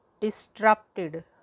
disrupted